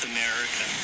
America